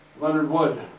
leonard wood.